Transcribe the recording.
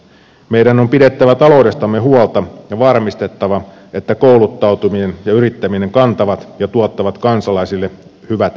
meidän on pidettävä taloudestamme huolta ja varmistettava että kouluttautuminen ja yrittäminen kantavat ja tuottavat kansalaisille hyvät eväät elämään